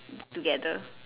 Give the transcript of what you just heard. together